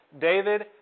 David